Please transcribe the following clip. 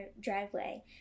driveway